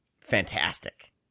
Fantastic